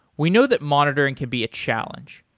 we know that monitoring could be a challenge.